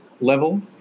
level